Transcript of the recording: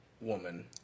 woman